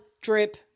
drip